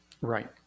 Right